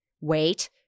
wait